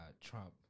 Trump